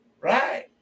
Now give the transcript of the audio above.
Right